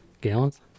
Gallons